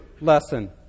lesson